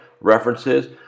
references